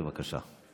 בבקשה.